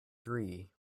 three